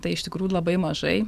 tai iš tikrųjų labai mažai